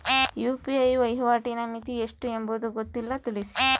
UPI ವಹಿವಾಟಿನ ಮಿತಿ ಎಷ್ಟು ಎಂಬುದು ಗೊತ್ತಿಲ್ಲ? ತಿಳಿಸಿ?